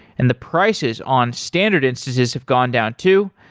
and the prices on standard instances have gone down too.